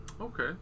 Okay